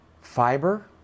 Fiber